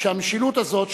שהמשילות הזאת,